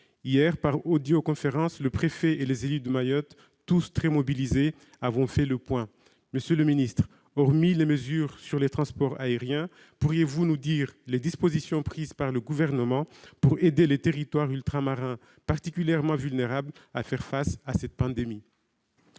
Hier, par audioconférence, le préfet et les élus de Mayotte, tous très mobilisés, ont fait le point. Monsieur le ministre, hormis les mesures sur les transports aériens, pourriez-vous nous dire quelles sont les dispositions prises par le Gouvernement pour aider les territoires ultramarins, particulièrement vulnérables, à faire face à cette pandémie ?